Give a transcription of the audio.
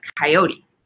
Coyote